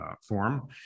form